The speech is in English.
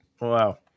Wow